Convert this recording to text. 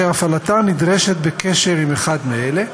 אשר הפעלתן נדרשת בקשר עם אחד מאלה: